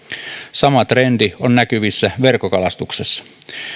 sama trendi on näkyvissä verkkokalastuksessa